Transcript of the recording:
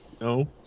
No